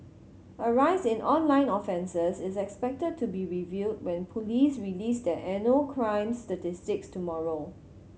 a rise in online offences is expected to be revealed when police release their annual crime statistics tomorrow